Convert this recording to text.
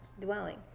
Dwelling